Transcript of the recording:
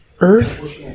earth